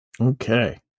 Okay